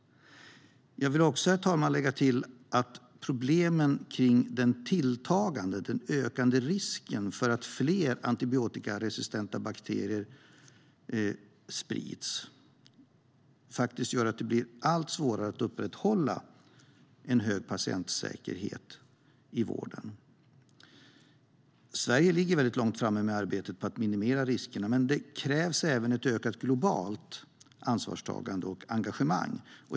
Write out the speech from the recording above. Jag vill också lägga till att problemen kring den ökande risken för att fler antibiotikaresistenta bakterier sprids gör att det blir allt svårare att upprätthålla en hög patientsäkerhet i vården. Sverige ligger väldigt långt framme med arbetet att minimera riskerna, men det krävs även ett ökat globalt ansvarstagande och engagemang.